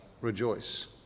rejoice